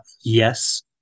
yes